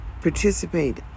participate